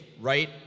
right